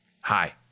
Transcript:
Hi